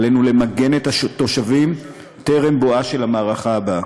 עלינו למגן את התושבים טרם בואה של המערכה הבאה.